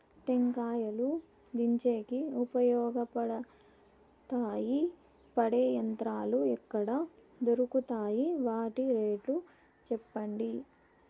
టెంకాయలు దించేకి ఉపయోగపడతాయి పడే యంత్రాలు ఎక్కడ దొరుకుతాయి? వాటి రేట్లు చెప్పండి?